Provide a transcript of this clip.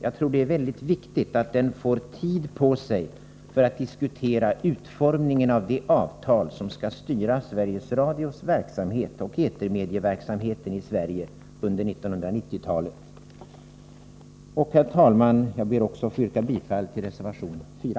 Jag tror att det är viktigt att den får tid på sig för att diskutera utformningen av det avtal som skall styra Sveriges Radios verksamhet och etermediaverksamheten i Sverige under 1990-talet. Herr talman! Jag ber också att få yrka bifall till reservation 4.